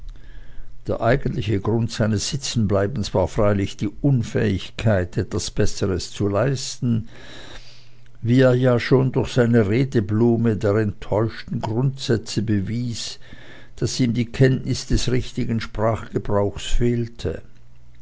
der eigentliche grund seines sitzenbleibens war freilich die unfähigkeit etwas besseres zu leisten wie er ja schon durch seine redeblume der enttäuschten grundsätze bewies daß ihm die kenntnis des richtigen sprachgebrauches fehlte